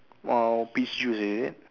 wild peach juice is it